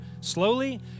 slowly